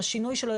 לשינוי שלו.